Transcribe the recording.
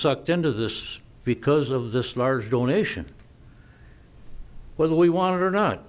sucked into this because of this large donation whether we want it or not